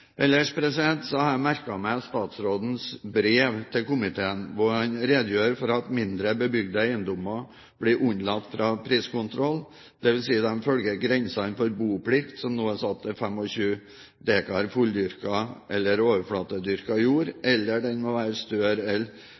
Ellers har jeg merket meg statsrådens brev til komiteen, hvor han redegjør for at mindre bebygde eiendommer blir unnlatt fra priskontroll, dvs. de følger grensene for boplikt som nå er satt til 25 dekar fulldyrket eller overflatedyrket jord, eller den må være